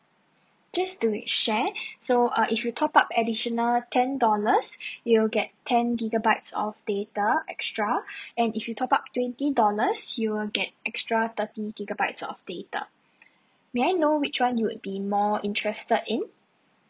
just to share so uh if you top up additional ten dollars you will get ten gigabytes of data extra and if you top up twenty dollars you will get extra thirty gigabytes of data may I know which one you would be more interested in